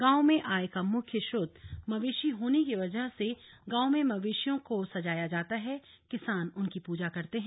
गांवों में आय का मुख्य स्रोत मवेशी होने की वजह से गांवों में मवेशियों को सजाया जाता है किसान उनकी पूजा करते हैं